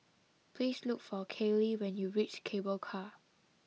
please look for Kayleigh when you reach Cable Car